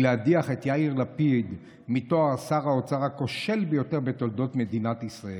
להדיח את יאיר לפיד מתואר שר האוצר הכושל ביותר בתולדות מדינת ישראל?